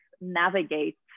navigate